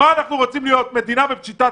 איזה מתווה קבעתם לעולם התרבות?